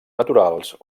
naturals